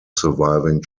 surviving